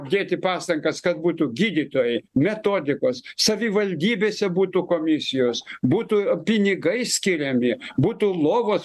dėti pastangas kad būtų gydytojai metodikos savivaldybėse būtų komisijos būtų pinigai skiriami būtų lovos